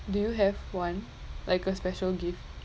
do you have one like a special gift